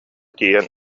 тиийэн